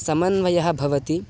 समन्वयः भवति